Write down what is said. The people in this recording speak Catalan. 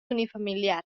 unifamiliars